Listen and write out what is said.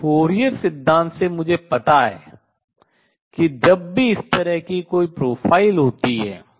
और फूरियर सिद्धांत से मुझे पता है कि जब भी इस तरह की कोई प्रोफ़ाइल होती है